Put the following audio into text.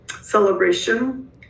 celebration